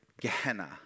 Gehenna